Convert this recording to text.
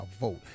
vote